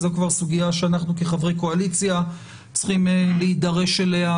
זו כבר סוגיה שאנחנו כחברי קואליציה צריכים להידרש אליה,